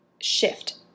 shift